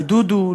לדודו,